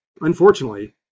Unfortunately